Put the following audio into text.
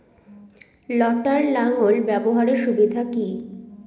লটার লাঙ্গল ব্যবহারের সুবিধা কি?